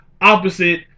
opposite